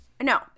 No